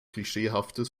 klischeehaftes